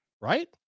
right